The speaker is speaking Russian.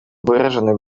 выраженные